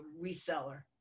reseller